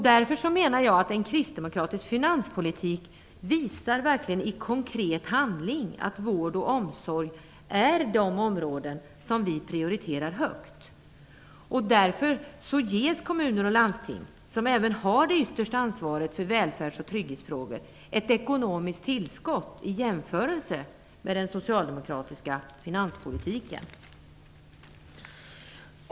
Därför menar jag att en kristdemokratisk finanspolitik verkligen i konkret handling visar att vård och omsorg är de områden som vi prioriterar högt. Därför ges kommuner och landsting, som även har det yttersta ansvaret för välfärds och trygghetsfrågor, ett ekonomiskt tillskott till skillnad från den socialdemokratiska finanspolitiken.